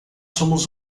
somos